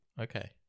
Okay